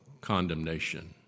condemnation